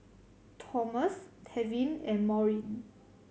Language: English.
Tomas Tevin and Maurine